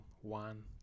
one